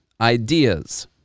Ideas